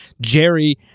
jerry